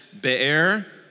Be'er